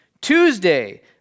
Tuesday